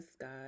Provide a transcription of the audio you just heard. God